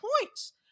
points